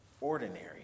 ordinary